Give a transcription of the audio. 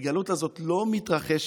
ההתגלות הזאת לא מתרחשת